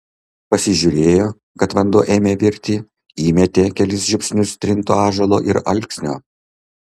pasižiūrėjo kad vanduo ėmė virti įmetė kelis žiupsnius trinto ąžuolo ir alksnio